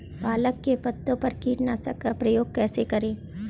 पालक के पत्तों पर कीटनाशक का प्रयोग कैसे करें?